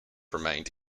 remained